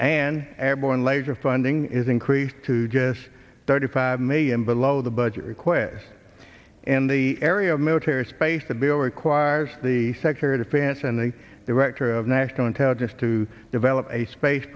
and airborne laser funding is increased to just thirty five million below the budget request and the area of military space to be able requires the secretary of defense and the director of national intelligence to develop a space